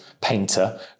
painter